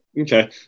Okay